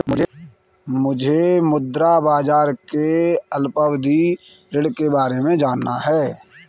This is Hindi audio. मुझे मुद्रा बाजार के अल्पावधि ऋण के बारे में जानना है